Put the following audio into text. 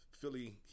Philly